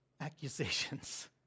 Accusations